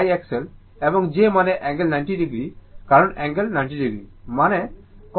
এবং j মানে angle 90o কারণ অ্যাঙ্গেল 90o মানে cos 90 o j sin 90o